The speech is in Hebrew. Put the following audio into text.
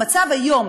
המצב היום,